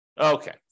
Okay